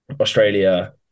Australia